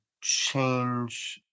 change